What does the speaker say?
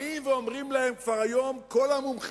באים ואומרים להם היום כבר כל המומחים,